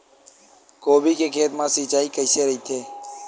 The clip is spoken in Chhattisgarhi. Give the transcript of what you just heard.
गोभी के खेत मा सिंचाई कइसे रहिथे?